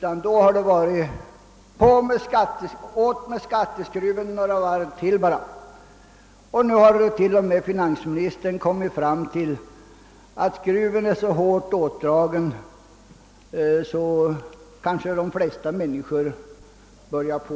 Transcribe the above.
Då har receptet varit: Dra åt skatteskruven några varv till bara! Nu har t.o.m. finansministern funnit att skruven är så hårt åtdragen, att kanske de flesta människor börjar klaga.